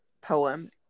poem